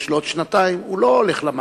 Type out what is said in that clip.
ויש לו עוד שנתיים, לא הולך למאגר.